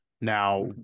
Now